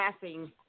passing